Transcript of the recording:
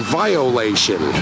violation